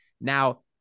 Now